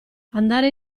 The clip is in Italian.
andare